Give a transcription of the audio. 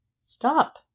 Stop